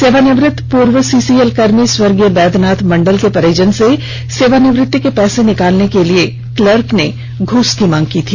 सेवानिवृत्त पूर्व सीसीएल कर्मी स्वर्गीय बैद्यनाथ मंडल के परिजन से सेवानिवृत्ति के पैसे निकालने के लिये क्लर्क ने घूस मांगी थी